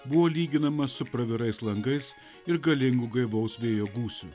buvo lyginama su pravirais langais ir galingu gaivaus vėjo gūsiu